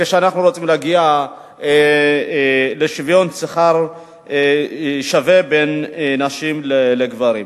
כשאנחנו רוצים להגיע לשוויון בשכר בין נשים לגברים.